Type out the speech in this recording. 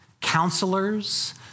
counselors